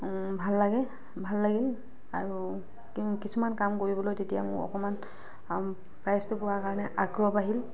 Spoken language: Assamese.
ভাল লাগে ভাল লাগে আৰু কিন্তু কিছুমান কাম কৰিবলৈ তেতিয়া মোৰ অকণমান প্ৰাইজটো পোৱা কাৰণে আগ্ৰহ বাঢ়িল